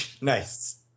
Nice